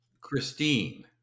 Christine